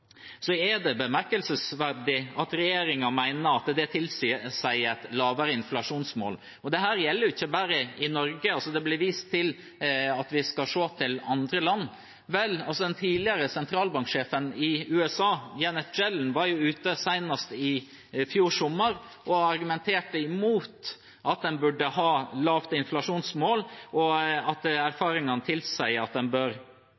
er det bemerkelsesverdig at regjeringen mener at det tilsier et lavere inflasjonsmål. Dette gjelder ikke bare i Norge. Det ble vist til at vi skal se til andre land. Vel, den tidligere sentralbanksjefen i USA, Janet Yellen, var ute senest i fjor sommer og argumenterte mot at en burde ha lavt inflasjonsmål, og sa at erfaringene tilsier at en bør